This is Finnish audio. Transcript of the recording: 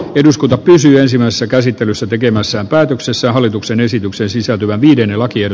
eduskunta pääsi ensimmäisessä käsittelyssä tekemässä päätöksessä hallituksen esitykseen sisältyvä muiden lakien